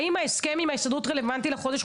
האם ההסכם עם ההסתדרות רלוונטי לחודש,